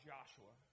Joshua